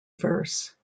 verse